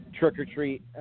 trick-or-treat